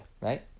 right